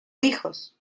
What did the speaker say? hijos